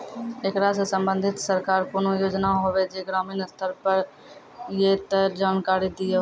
ऐकरा सऽ संबंधित सरकारक कूनू योजना होवे जे ग्रामीण स्तर पर ये तऽ जानकारी दियो?